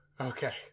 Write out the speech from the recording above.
okay